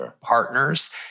partners